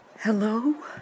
Hello